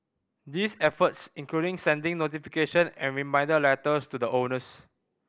these efforts include sending notification and reminder letters to the owners